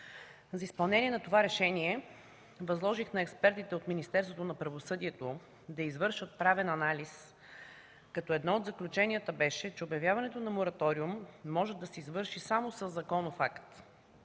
За изпълнение на това решение възложих на експертите от Министерството на правосъдието да извършат правен анализ, като едно от заключенията беше, че обявяването на мораториум може да се извърши само със законов акт.